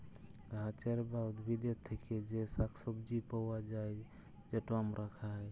গাহাচের বা উদ্ভিদের থ্যাকে যে শাক সবজি পাউয়া যায়, যেট আমরা খায়